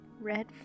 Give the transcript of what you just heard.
red